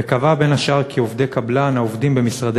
וקבע בין השאר כי עובדי קבלן העובדים במשרדי